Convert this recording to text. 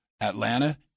Atlanta